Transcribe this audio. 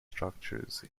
structures